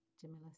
Jamila